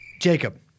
Jacob